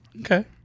Okay